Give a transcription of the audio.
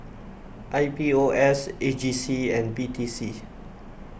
I P O S A G C and P T C